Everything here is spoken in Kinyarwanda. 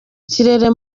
kirere